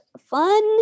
fun